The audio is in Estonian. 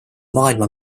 maailma